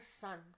son